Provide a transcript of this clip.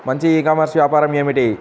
మంచి e commerce వ్యాపారం ఏమిటీ?